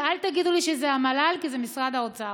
ואל תגידו לי שזה המל"ל, כי זה משרד האוצר.